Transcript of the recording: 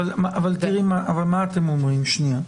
אבל גבי, תראי מה אתם אומרים שנייה.